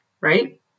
right